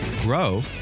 grow